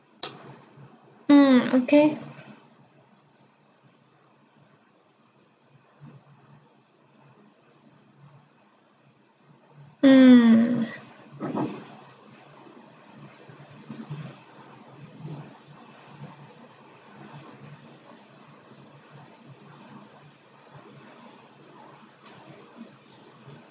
mm okay mm